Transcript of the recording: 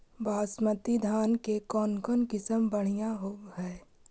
बासमती धान के कौन किसम बँढ़िया होब है?